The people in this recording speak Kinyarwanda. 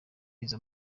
izo